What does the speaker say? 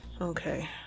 Okay